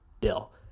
Bill